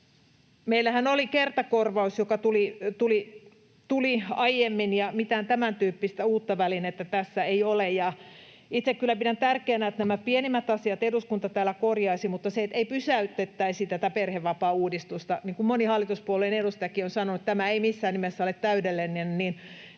Meillähän oli kertakorvaus, joka tuli aiemmin, mutta mitään tämäntyyppistä uutta välinettä tässä ei ole. Itse kyllä pidän tärkeänä, että nämä pienimmät asiat eduskunta täällä korjaisi mutta ei pysäytettäisi tätä perhevapaauudistusta. Niin kuin moni hallituspuolueen edustajakin on sanonut, tämä ei missään nimessä ole täydellinen.